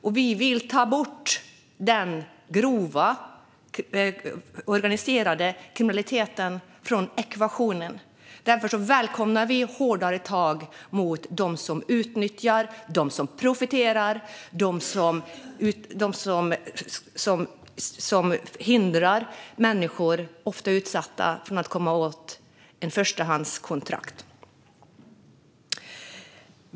Och vi vill ta bort den grova, organiserade kriminaliteten från ekvationen. Därför välkomnar vi hårdare tag mot dem som utnyttjar, som profiterar på och som hindrar människor - ofta utsatta - från att komma åt ett förstahandskontrakt.